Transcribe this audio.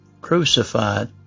crucified